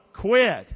quit